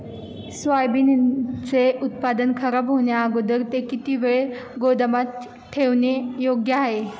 सोयाबीनचे उत्पादन खराब होण्याअगोदर ते किती वेळ गोदामात ठेवणे योग्य आहे?